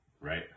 right